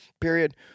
period